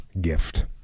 gift